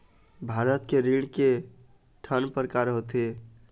भारत के ऋण के ठन प्रकार होथे?